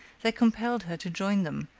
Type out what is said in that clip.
they compelled her to join them,